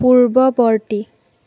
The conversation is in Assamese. পূৰ্ৱৱৰ্তী